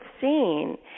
seen